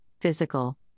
physical